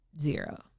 zero